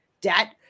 debt